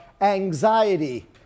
anxiety